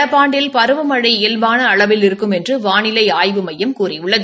நடப்பு ஆண்டில் பருவமனழ இயல்பாள அளவில் இருக்கும் என்று வானிலை ஆய்வு மையம் கூறியுள்ளது